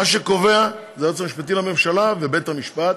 מה שקובע זה היועץ המשפטי לממשלה ובית המשפט,